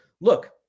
look